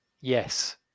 Yes